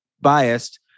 biased